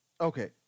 okay